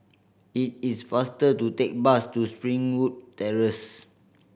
it is faster to take bus to Springwood Terrace